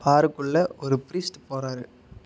பாருக்குள்ளே ஒரு ப்ரீஸ்ட் போகிறாரு